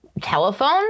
telephone